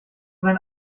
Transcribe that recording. sein